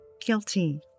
guilty